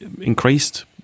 increased